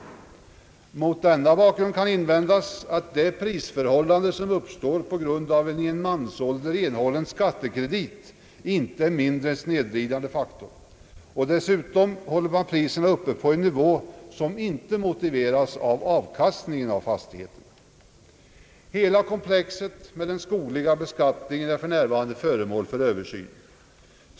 Mot detta kan invändas att det prisförhållande, som uppstår på grund av en i en mansålder erhållen skattekredit, inte är en mindre snedvridande faktor. Dessutom håller man priserna uppe på en nivå som inte motiveras av avkastningen av fastigheten. Hela komplexet med den skogliga beskattningen är för närvarande föremål för översyn.